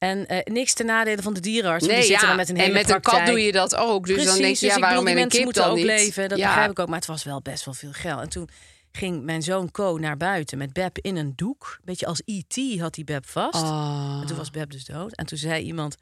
En, eh, niks ten nadele van de dierenarts, want die Nee, zitten ja. daar met een En hele met een kat doe praktijk. je dat ook. Dus dan denk Precies, je, dus ja, ik bedoel, waarom die met een mensen kip moeten dan ook niet? leven, dat Ja. begrijp ik ook, maar het was wel best wel veel geld. En toen ging mijn zoon Ko naar buiten met Beb in een doek. Beetje als E.T. had die Beb vast. En toen was Ah. Beb dus dood. En toen zei iemand,